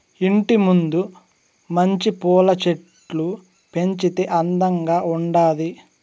ఇంటి ముందు మంచి పూల చెట్లు పెంచితే అందంగా ఉండాది